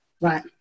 right